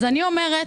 אני אומרת: